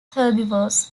herbivores